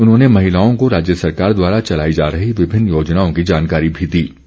उन्होंने महिलाओं को राज्य सरकार द्वारा चलाई जा रही विभिन्न योजनाओं की जानकारी भी दीं